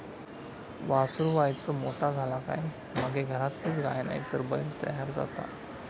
वासरू वायच मोठा झाला काय मगे घरातलीच गाय नायतर बैल तयार जाता